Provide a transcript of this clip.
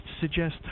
suggest